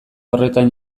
horretan